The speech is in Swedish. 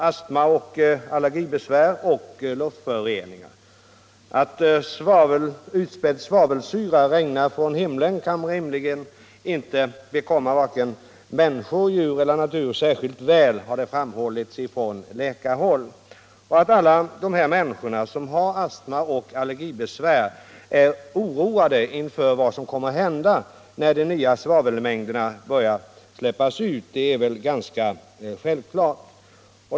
astma och allergibesvär å ena sidan och luftföroreningar å den andra. Att utspädd svavelsyra regnar från himlen kan inte rimligen bekomma vare sig människor, djur eller natur särskilt väl, har det framhållits från läkarhåll. Det är självklart att alla de människor som har astma och allergibesvär är oroade för vad som kommer att hända när de nya svavelmängderna börjar släppas ut.